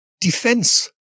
defense